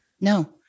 no